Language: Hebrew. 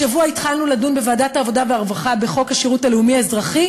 השבוע התחלנו לדון בוועדת העבודה והרווחה בחוק השירות הלאומי-אזרחי,